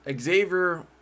xavier